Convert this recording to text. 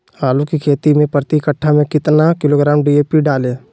आलू की खेती मे प्रति कट्ठा में कितना किलोग्राम डी.ए.पी डाले?